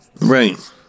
Right